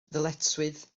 ddyletswydd